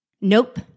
Nope